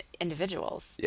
individuals